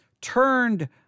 turned